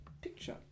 picture